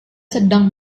sedang